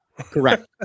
Correct